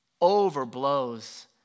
overblows